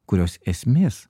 kurios esmės